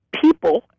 people